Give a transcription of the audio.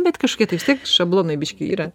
bet kažkokie tai vis tiek šablonai biškį yra